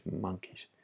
monkeys